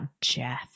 Jeff